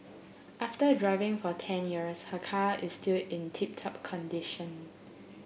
after driving for ten years her car is still in tip top condition